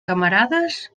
camarades